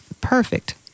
Perfect